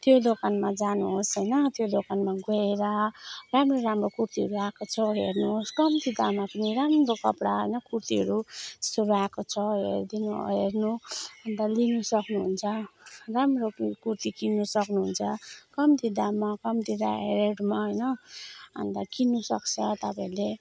त्यो दोकानमा जानुहोस् होइन त्यो दोकानमा गएर राम्रो राम्रो कुर्तीहरू आएको छ हेर्नुहोस् कम्ती दाममा पनि राम्रो कपडा होइन कुर्तीहरू यस्तो आएको छ दिनु हेर्नु अन्त लिनु सक्नुहुन्छ राम्रो कुर्ती किन्नु सक्नुहुन्छ कम्ती दाममा कम्ती दा रेटमा होइन अन्त किन्नुसक्छ तपाईँहरूले